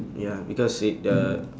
ya because it uh